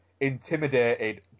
intimidated